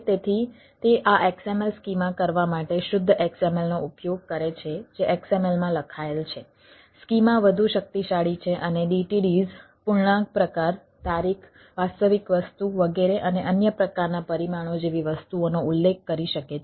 તેથી તે આ XML સ્કીમા કરવા માટે શુદ્ધ XML નો ઉપયોગ કરે છે જે XML માં લખાયેલ છે સ્કીમા વધુ શક્તિશાળી છે અને DTDs પૂર્ણાંક પ્રકાર તારીખ વાસ્તવિક વસ્તુ વગેરે અને અન્ય પ્રકારના પરિમાણો જેવી વસ્તુઓનો ઉલ્લેખ કરી શકે છે